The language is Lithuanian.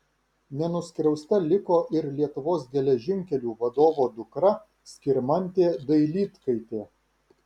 nenuskriausta liko ir lietuvos geležinkelių vadovo dukra skirmantė dailydkaitė